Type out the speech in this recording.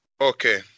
Okay